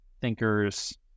thinkers